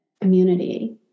community